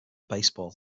baseball